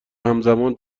همزمان